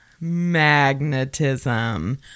magnetism